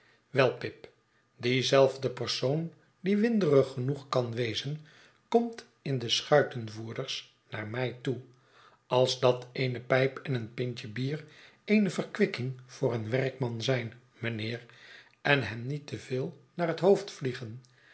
wei pip die zelfde persoon die winderig genoeg kan wezen komt in de schuitenvoerders naar mij toe als dat eene pijp en een pintje bier eene verkwikking voor een werkman zijn mijnheer en hem niet te veelnaar het hoofd vliegen